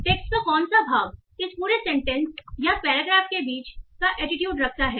text का कौन सा भाग इस पूरे सेंटेंस या पैराग्राफ के बीच का एटीट्यूड रखता है